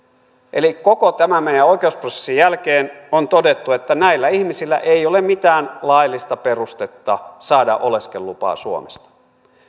eli koko tämän meidän oikeusprosessin jälkeen on todettu että näillä ihmisillä ei ole mitään laillista perustetta saada oleskelulupaa suomesta